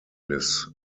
des